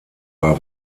war